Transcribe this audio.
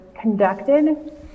conducted